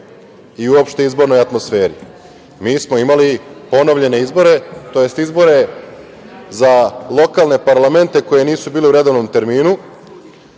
i uopšte u izbornoj atmosferi. Mi smo imali ponovljene izbore, tj. izbore za lokalne parlamente koji nisu bili u redovnom terminu.